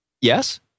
Yes